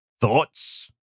Thoughts